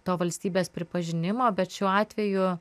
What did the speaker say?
to valstybės pripažinimo bet šiuo atveju